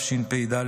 א' התשפ"ד,